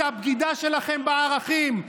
זו הבגידה שלכם בערכים,